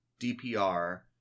DPR